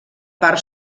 part